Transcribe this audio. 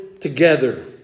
together